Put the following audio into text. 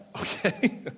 Okay